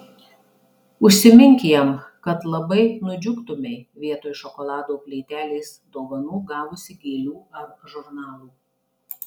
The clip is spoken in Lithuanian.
užsimink jam kad labai nudžiugtumei vietoj šokolado plytelės dovanų gavusi gėlių ar žurnalų